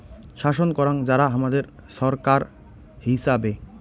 শাসন করাং যারা হামাদের ছরকার হিচাবে